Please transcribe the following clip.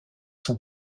sont